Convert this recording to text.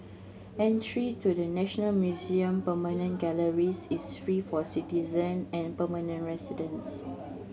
entry to the National Museum permanent galleries is free for citizen and permanent residents